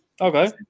Okay